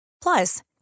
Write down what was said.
Plus